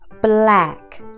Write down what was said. black